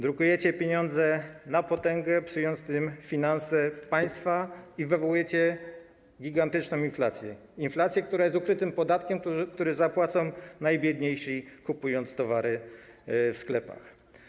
Drukujecie pieniądze na potęgę, psując tym finanse państwa, i wywołujecie gigantyczną inflację, inflację, która jest ukrytym podatkiem, który zapłacą najbiedniejsi, kupując towary w sklepach.